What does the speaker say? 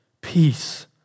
Peace